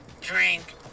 drink